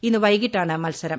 ഇന്ന് വൈകിട്ടാണ് മത്സരം